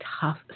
tough